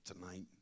tonight